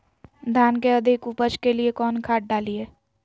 धान के अधिक उपज के लिए कौन खाद डालिय?